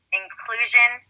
inclusion